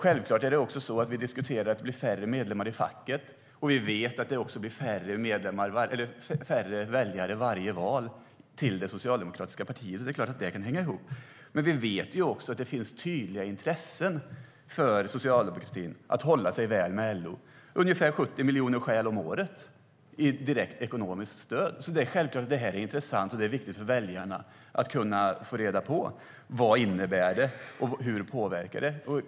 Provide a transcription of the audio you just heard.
Självklart diskuterar vi också att det blir färre medlemmar i facket, och vi vet att Socialdemokraterna får färre väljare varje val, och det är klart att det kan hänga ihop. Men vi vet också att socialdemokratin har tydliga intressen av att hålla sig väl med LO - ungefär 70 miljoner om året i direkt ekonomiskt stöd. Det är klart att det är intressant och viktigt för väljarna att få reda på vad detta innebär och hur det påverkar.